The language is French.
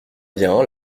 bien